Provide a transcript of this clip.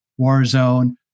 Warzone